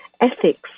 ethics